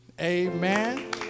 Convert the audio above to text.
amen